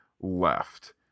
left